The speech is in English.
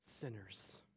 sinners